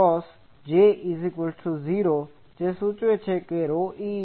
તેથીJ 0 છે જે આ સૂચવે છે કેe 0 છે